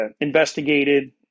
investigated